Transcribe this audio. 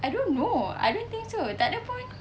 I don't know I don't think so takde pun